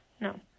no